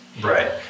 right